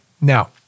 Now